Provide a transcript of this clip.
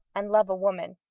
and love a woman,